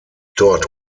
dort